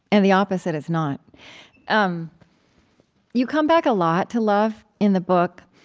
and the opposite is not um you come back, a lot, to love in the book